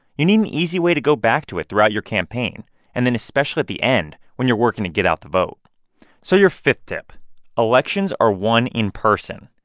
you need an easy way to go back to it throughout your campaign and then especially at the end when you're working to get out the vote so your fifth tip elections are won in person.